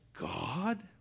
God